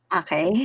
okay